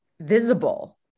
visible